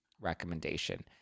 recommendation